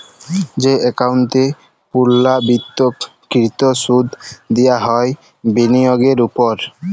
যে একাউল্টে পুর্লাবৃত্ত কৃত সুদ দিয়া হ্যয় বিলিয়গের উপর